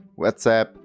WhatsApp